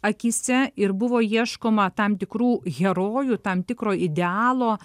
akyse ir buvo ieškoma tam tikrų herojų tam tikro idealo